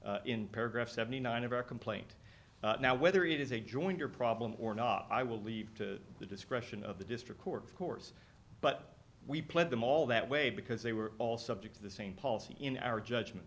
policy in paragraph seventy nine of our complaint now whether it is a jointer problem or not i will leave to the discretion of the district court of course but we played them all that way because they were all subject to the same policy in our judgement